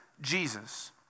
Jesus